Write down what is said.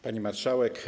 Pani Marszałek!